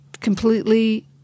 completely